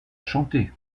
chanter